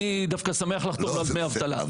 אני דווקא שמח לחתום לו על דמי אבטלה.